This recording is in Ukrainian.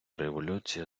революція